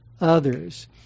others